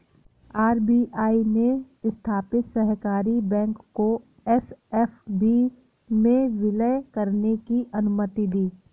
RBI ने स्थापित सहकारी बैंक को एस.एफ.बी में विलय करने की अनुमति दी